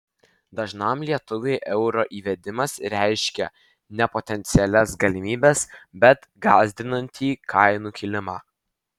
dažnam lietuviui euro įvedimas reiškia ne potencialias galimybes bet gąsdinantį kainų kilimą